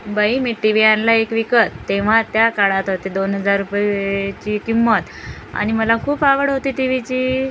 बाई मी TV आणला एक विकत तेव्हा त्या काळात होती दोन हजार रुपयेची किंमत आणि मला खूप आवड होती टी व्हीची